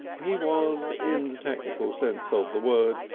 he was, in the technical sense of the word,